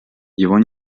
его